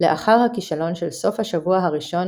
"לאחר הכישלון של סוף השבוע הראשון,